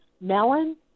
melon